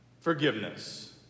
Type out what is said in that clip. forgiveness